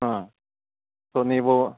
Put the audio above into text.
ಹಾಂ ಸೊ ನೀವು